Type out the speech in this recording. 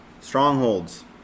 strongholds